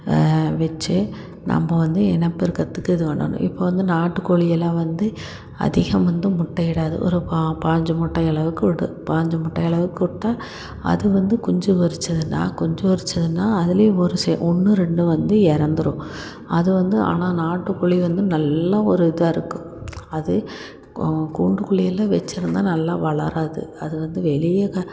வெச்சு நம்ம வந்து இனப்பெருக்கத்துக்கு இது பண்ணணும் இப்போ வந்து நாட்டுகோழியெல்லாம் வந்து அதிகம் வந்து முட்டையிடாது ஒரு பாஞ்சி முட்டை அளவுக்கு விடும் பாஞ்சி முட்டை அளவுக்கு விட்டா அது வந்து குஞ்சு பொரிச்சிதுன்னா குஞ்சு பொரிச்சிதுன்னா அதுலேயும் ஒரு ஒன்று ரெண்டு வந்து இறந்துரும் அது வந்து ஆனால் நாட்டுக்கோழி வந்து நல்ல ஒரு இதாக இருக்கும் அது இப்போது கூண்டுக்குள்ளே எல்லாம் வெச்சுருந்தா நல்லா வளராது அது வந்து வெளியே